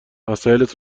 وسایلت